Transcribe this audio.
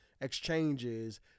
exchanges